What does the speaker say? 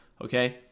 okay